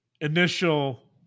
initial